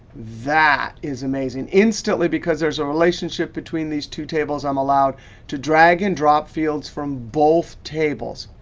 that is amazing. instantly, because there's a relationship between these two tables, i'm allowed to drag and drop fields from both tables.